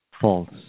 false